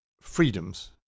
freedoms